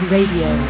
Radio